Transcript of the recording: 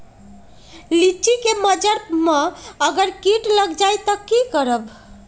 लिचि क मजर म अगर किट लग जाई त की करब?